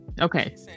Okay